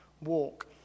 walk